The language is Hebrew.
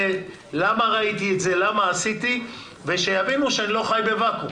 למה עשיתי, כדי שיבינו שאני לא חי בוואקום.